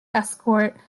escort